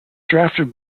drafted